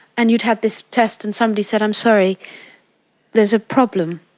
and you'd have this test and somebody said, i'm sorry there's a problem.